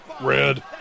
Red